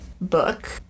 book